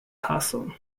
tason